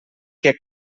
que